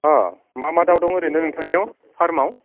अह मा मा दाउ दं ओरैनो नोंथांनियाव फार्मआव